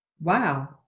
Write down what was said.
wow